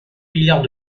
milliards